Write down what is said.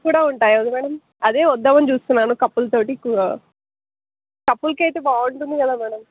couples కూడా ఉంటాయా అది మ్యాడమ్ అదే వద్దామని చూస్తున్నాను కపుల్తో కూ కపుల్కు అయితే బాగుంటుంది కదా మ్యాడమ్